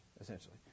essentially